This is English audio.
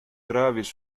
travis